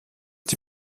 die